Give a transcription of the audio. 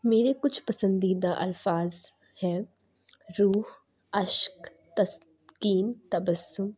میرے کچھ پسندیدہ الفاظ ہیں روح اشک تسکین تبسم